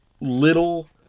little